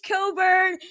Coburn